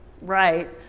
right